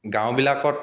গাঁওবিলাকত